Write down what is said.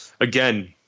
again